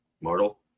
Mortal